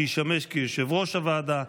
שישמש יושב-ראש הוועדה,